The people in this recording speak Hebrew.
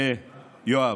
יואב,